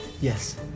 yes